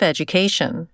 Education